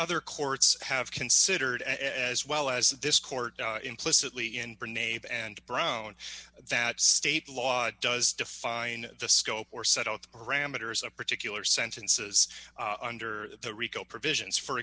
other courts have considered as well as this court implicitly in nave and brown that state law does define the scope or settled parameters of particular sentences under the rico provisions for